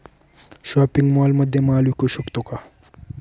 Shopping मॉलमध्ये माल विकू शकतो का?